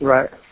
Right